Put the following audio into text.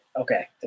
Okay